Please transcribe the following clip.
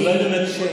אולי באמת,